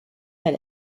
that